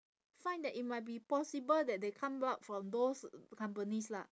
find that it might be possible that they come up from those companies lah